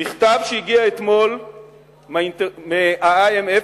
מכתב שהגיע אתמול מה IMF,